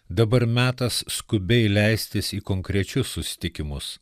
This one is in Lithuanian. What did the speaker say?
dabar metas skubiai leistis į konkrečius susitikimus